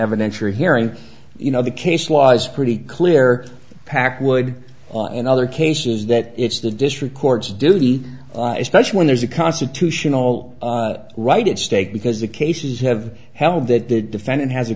evidentiary hearing you know the case law is pretty clear packwood in other cases that it's the district court's duty especially when there's a constitutional right at stake because the cases have held that the defendant has a